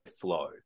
flow